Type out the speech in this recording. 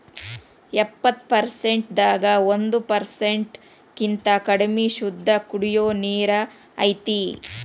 ಎಪ್ಪತ್ತು ಪರಸೆಂಟ್ ದಾಗ ಒಂದ ಪರಸೆಂಟ್ ಕಿಂತ ಕಡಮಿ ಶುದ್ದ ಕುಡಿಯು ನೇರ ಐತಿ